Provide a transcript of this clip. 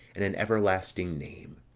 and an everlasting name.